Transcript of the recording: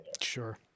Sure